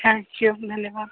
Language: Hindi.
थैंक यू धन्यवाद